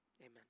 amen